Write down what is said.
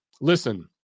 Listen